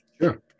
Sure